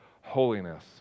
Holiness